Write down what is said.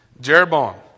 Jeroboam